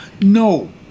no